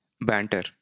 banter